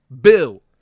bill